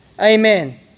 Amen